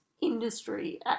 industry